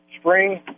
spring